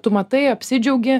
tu matai apsidžiaugi